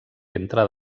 entre